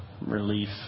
relief